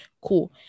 cool